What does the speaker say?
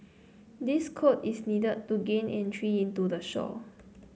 this code is needed to gain entry into the show